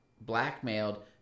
blackmailed